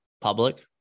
public